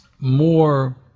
more